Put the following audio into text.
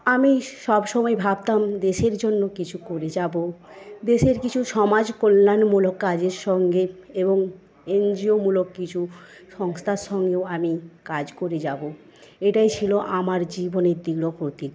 আমি সবসময় ভাবতাম দেশের জন্য কিছু করে যাবো দেশের কিছু সমাজ কল্যাণমূলক কাজের সঙ্গে এবং এন জি ও মূলক কিছু সংস্থার সঙ্গেও আমি কাজ করে যাবো এটাই ছিল আমার জীবনের দৃঢ় প্রতিজ্ঞ